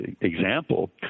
example